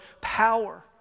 power